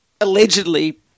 allegedly